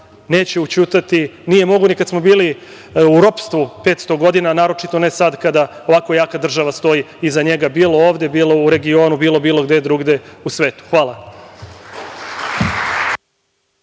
neće ućutati. Nije mogao ni kada smo bili u ropstvu 500 godina, naročito ne sada kada ovako jaka država stoji iza njega, bilo ovde, bilo u regionu, bilo gde drugde u svetu. Hvala.